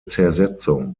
zersetzung